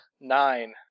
Nine